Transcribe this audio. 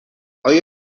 آیا